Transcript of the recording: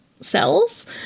cells